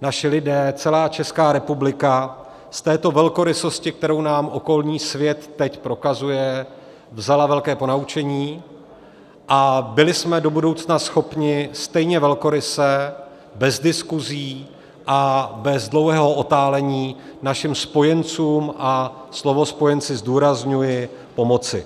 naši lidé, celá Česká republika z této velkorysosti, kterou nám okolní svět teď prokazuje, vzala velké ponaučení a byli jsme do budoucna schopni stejně velkoryse bez diskusí a bez dlouhého otálení našim spojencům a slovo spojenci zdůrazňuji pomoci.